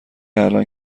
الان